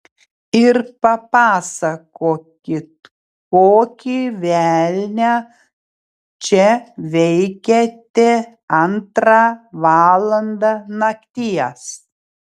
ir papasakokit kokį velnią čia veikiate antrą valandą nakties